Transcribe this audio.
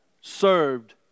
served